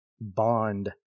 Bond